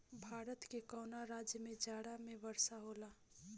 भारत के कवना राज्य में जाड़ा में वर्षा होला?